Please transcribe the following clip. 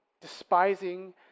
despising